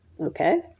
Okay